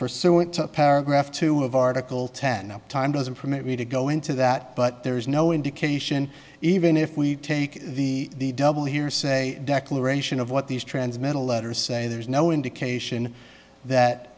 to paragraph two of article ten up time doesn't permit me to go into that but there is no indication even if we take the double hearsay declaration of what these transmetal letters say there's no indication that